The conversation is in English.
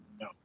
No